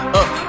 up